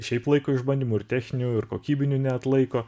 šiaip laiko išbandymų ir techninių ir kokybinių neatlaiko